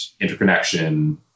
interconnection